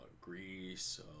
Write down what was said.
Greece